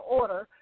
order